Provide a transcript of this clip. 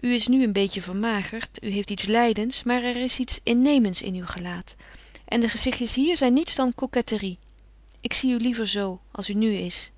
u is nu een beetje vermagerd u heeft iets lijdends maar er is iets innemends in uw gelaat en de gezichtjes hier zijn niets dan coquetterie ik zie u liever zoo als u nu is